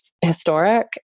historic